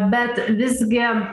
bet visgi